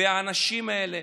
והאנשים האלה,